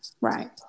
Right